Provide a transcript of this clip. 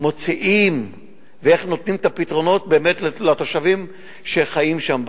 מוציאים ואיך נותנים את הפתרונות לתושבים שחיים שם.